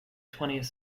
twentieth